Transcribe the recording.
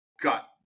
got